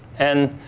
and